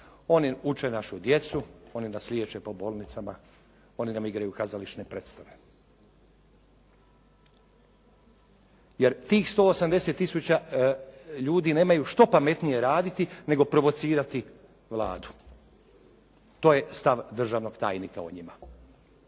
Oni uče našu djecu, oni nas liječe po bolnicama, oni nam igraju kazališne predstave. Jer tih 180000 ljudi nemaju što pametnije raditi nego provocirati Vladu. To je stav državnog tajnika o njima.